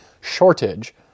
shortage